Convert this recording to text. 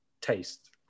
taste